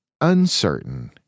uncertain